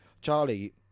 charlie